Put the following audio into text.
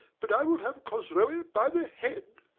but i will have cosroe by the head,